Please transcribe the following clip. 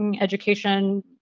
education